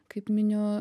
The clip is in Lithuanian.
kaip miniu